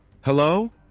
Hello